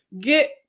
get